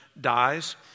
dies